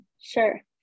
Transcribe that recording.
Sure